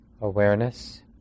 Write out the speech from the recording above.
awareness